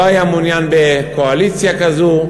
לא היה מעוניין בקואליציה כזו.